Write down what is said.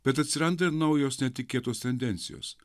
bet atsiranda ir naujos netikėtos tendencijos